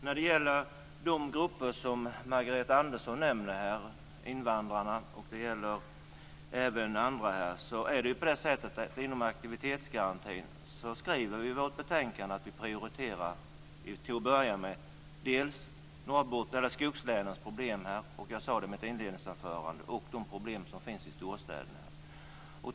När det gäller de grupper som Margareta Andersson nämner, invandrarna och även andra, är det på det sättet att när det gäller aktivitetsgarantin så skriver vi i betänkandet att vi till att börja med prioriterar skogslänens problem och de problem som finns i storstäderna.